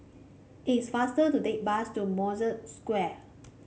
it is faster to take bus to Mosque Square